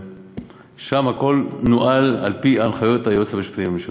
ושם הכול נוהל על-פי הנחיות היועץ המשפטי לממשלה.